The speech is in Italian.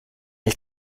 del